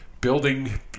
Building